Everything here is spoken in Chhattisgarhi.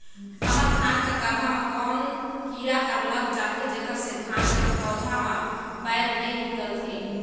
हमर धान कर गाभा म कौन कीरा हर लग जाथे जेकर से धान कर पौधा म बाएल नइ निकलथे?